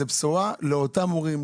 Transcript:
זו בשורה לאותם הורים,